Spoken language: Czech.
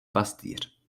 pastýř